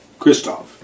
Kristoff